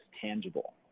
tangible